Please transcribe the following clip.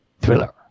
Thriller